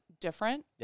different